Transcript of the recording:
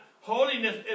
holiness